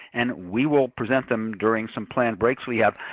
and we will present them during some planned breaks we have.